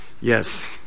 yes